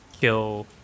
kill